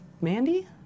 Mandy